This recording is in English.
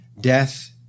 death